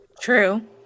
true